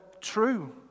true